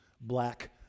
black